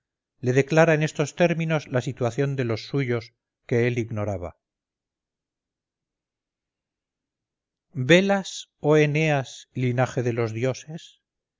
le declara en estos términos la situación de los suyos que él ignoraba velas oh eneas linaje de los dioses